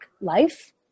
life